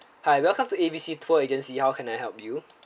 hi welcome to A B C tour agency how can I help you